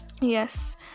Yes